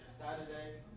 Saturday